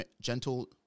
gentle